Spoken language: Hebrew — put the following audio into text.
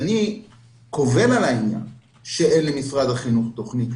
אני קובל על העניין שאין למשרד החינוך תכנית,